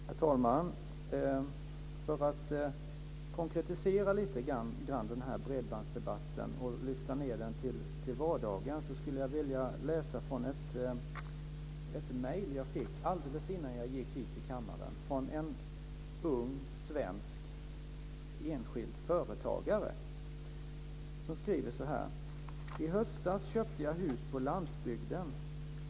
Herr talman! För att konkretisera bredbandsdebatten och lyfta ned den till vardagen vill jag läsa högt ur ett mejl jag fick alldeles innan jag gick hit till kammaren. Det är från en ung svensk enskild företagare, som skriver så här: I höstas köpte jag hus på landsbygden.